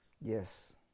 Yes